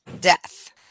death